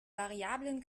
variablen